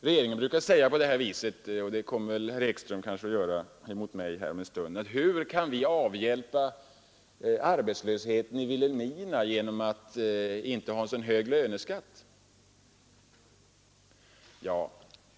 Regeringen brukar fråga: Hur kan vi avhjälpa arbetslösheten i Vilhelmina genom att inte ha så hög löneskatt? Så kommer väl också herr Ekström att fråga om en stund.